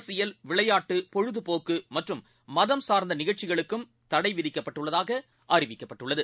அரசியல் விளையாட்டு பொழுதபோக்குமற்றும் மதம் சார்ந்தநிகழ்ச்சிகளுக்கும் சமூக தடைவிதிக்கப்பட்டுள்ளதாகஅறிவிக்கப்பட்டுள்ளது